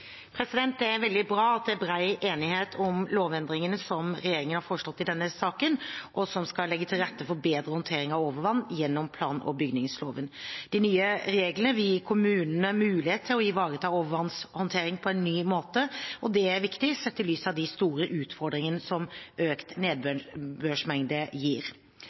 enighet om lovendringene som regjeringen har foreslått i denne saken, og som skal legge til rette for bedre håndtering av overvann gjennom plan- og bygningsloven. De nye reglene vil gi kommunene mulighet til å ivareta overvannshåndtering på en ny måte, og det er viktig sett i lys av de store utfordringene økte nedbørsmengder gir.